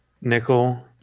nickel